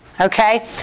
okay